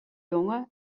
jonge